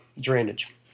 drainage